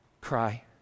cry